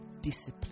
discipline